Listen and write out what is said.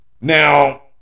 Now